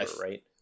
right